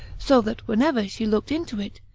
so that whenever she looked into it,